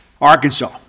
Arkansas